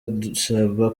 dusaba